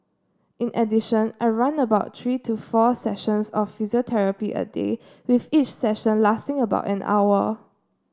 in addition I run about three to four sessions of physiotherapy a day with each session lasting about an hour